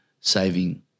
saving